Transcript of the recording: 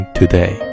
today